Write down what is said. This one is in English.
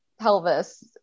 pelvis